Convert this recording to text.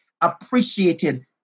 appreciated